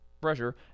pressure